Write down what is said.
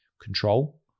control